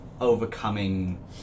overcoming